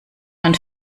man